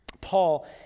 Paul